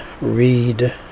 read